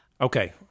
okay